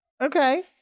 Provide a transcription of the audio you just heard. Okay